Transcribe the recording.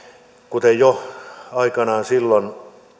kuten jo aikanaan silloin